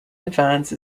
advance